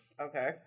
Okay